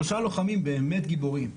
שלושה לוחמים באמת גיבורים.